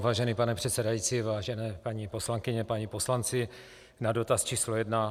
Vážený pane předsedající, vážené paní poslankyně, páni poslanci, odpověď na dotaz č. 1.